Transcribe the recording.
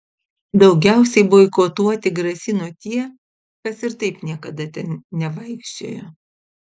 daugiausiai boikotuoti grasino tie kas ir taip niekada ten nevaikščiojo